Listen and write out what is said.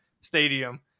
stadium